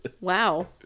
Wow